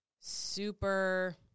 super